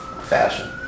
fashion